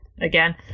again